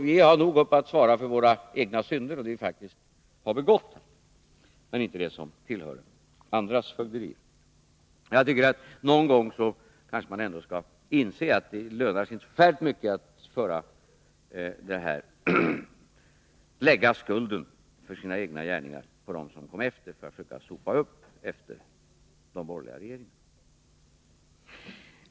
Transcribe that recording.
Vi har nog med att svara för våra egna synder, för dem vi faktiskt har begått, och vi vill inte svara för det som tillhör andras fögderi. Jag tycker också att man någon gång skulle inse att det inte lönar sig särskilt mycket att lägga skulden för egna gärningar på dem som kom efter för att försöka sopa upp efter de borgerliga regeringarna.